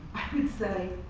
would say,